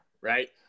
right